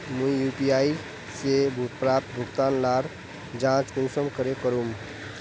मुई यु.पी.आई से प्राप्त भुगतान लार जाँच कुंसम करे करूम?